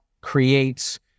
creates